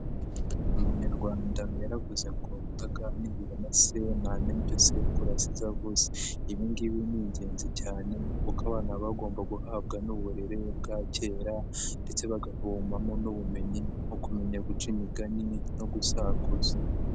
Umunyarwanda yaravuze ngo utaganiwe na se ntamenya ibyo sekuru yasize avuze. Ibi ngibi ni ingenzi cyane kuko abana baba bagomba guhabwa n'uburere bwa kera ndetse bakavomamo n'ubumenyi nko kumenya guca imigani no gusakuza.